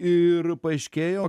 ir paaiškėjo